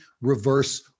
reverse